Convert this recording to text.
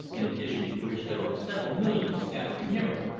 in addition to which there are several millions scattering near it,